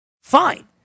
fine